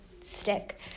stick